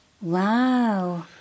Wow